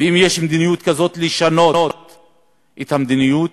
ואם יש מדיניות כזאת, לשנות את המדיניות.